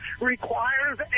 requires